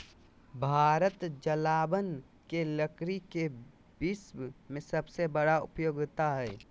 भारत जलावन के लकड़ी के विश्व में सबसे बड़ा उपयोगकर्ता हइ